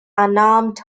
unarmed